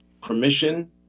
permission